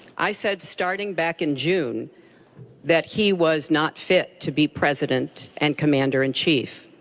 i said starting back in june that he was not fit to be president and commander in chief.